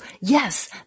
Yes